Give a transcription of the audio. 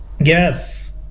Yes